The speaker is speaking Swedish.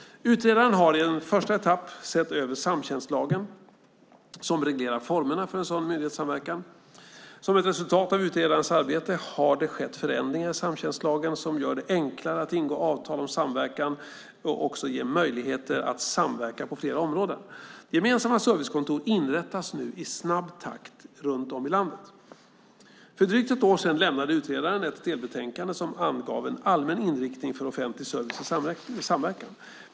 Utredaren har i en första etapp sett över samtjänstlagen som reglerar formerna för en sådan myndighetssamverkan. Som ett resultat av utredarens arbete har det skett förändringar i samtjänstlagen som gör det enklare att ingå avtal om samverkan och också ger möjligheter att samverka på flera områden. Gemensamma servicekontor inrättas nu i snabb takt runt om i landet. För drygt ett år sedan lämnade utredaren ett delbetänkande som angav en allmän inriktning för offentlig service i samverkan.